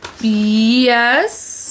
yes